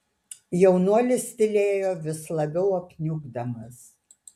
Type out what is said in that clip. jaunuolis tylėjo vis labiau apniukdamas